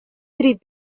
три